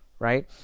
Right